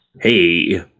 Hey